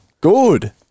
Good